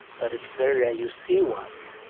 but it's very rare you see one.